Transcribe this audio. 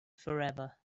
forever